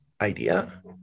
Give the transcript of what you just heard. idea